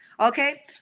Okay